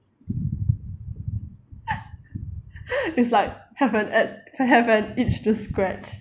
it's like have an ad for have an itch to scratch